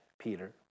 Peter